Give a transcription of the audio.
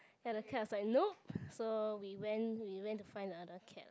then the cat's like nope so we went we went to find another cat lah